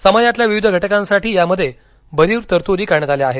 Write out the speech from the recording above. समाजातील विविध घटकांसाठी यामध्ये भरीव तरतुदी करण्यात आल्या आहेत